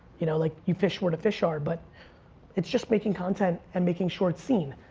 you know like you fish where the fish are but it's just making content and making sure it's seen.